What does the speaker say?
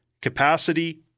capacity